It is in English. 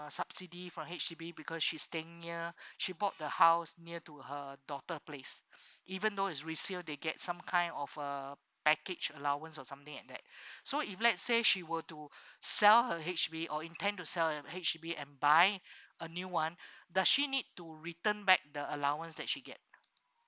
subsidy from H_D_B because she's staying near she bought the house near to her daughter place even though is resale they get some kind of uh package allowance or something like that so if let's say she were to sell her H_D_B or intend to sell her H_D_B and buy a new one does she need to return back the allowance that she get